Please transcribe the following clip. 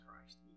Christ